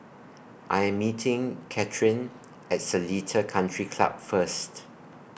I Am meeting Catherine At Seletar Country Club First